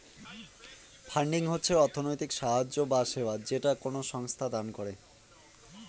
funding হচ্ছে অর্থনৈতিক সাহায্য বা সেবা যেটা কোনো সংস্থা কাউকে দান করে